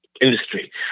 industry